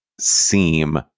seem